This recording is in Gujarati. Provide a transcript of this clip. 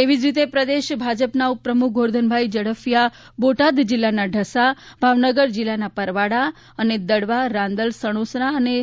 એવી જ રીતે પ્રદેશ ભાજપના ઉપપ્રમૂખ ગોરધનભાઈ ઝડફિયા બોટાદ જિલ્લાના ઢસા ભાવનગર જિલ્લાના પરવાળા અને દડવા રાંદલ સણોસરા અને